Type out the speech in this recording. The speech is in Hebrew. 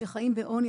שחיים בעוני,